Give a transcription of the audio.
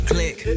Click